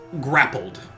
grappled